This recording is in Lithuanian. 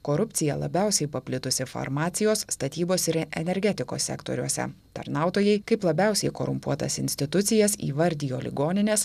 korupcija labiausiai paplitusi farmacijos statybos ir energetikos sektoriuose tarnautojai kaip labiausiai korumpuotas institucijas įvardijo ligonines